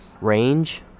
range